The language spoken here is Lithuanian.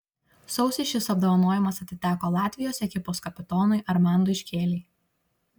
sausį šis apdovanojimas atiteko latvijos ekipos kapitonui armandui škėlei